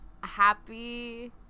happy